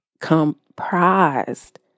comprised